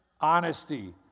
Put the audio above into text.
honesty